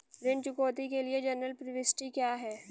ऋण चुकौती के लिए जनरल प्रविष्टि क्या है?